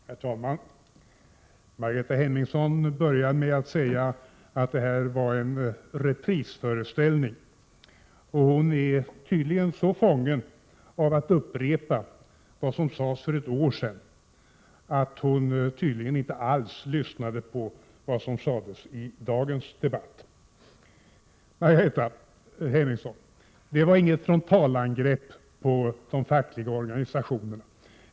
Herr talman! Margareta Hemmingsson inleder med att säga att detta är en reprisföreställning. Hon är tydligen så fången av att upprepa det som sades för ett år sedan att hon inte alls lyssnat på det som sagts i dagens debatt. Margareta Hemmingsson! Det var inget frontalangrepp mot de fackliga organisationerna!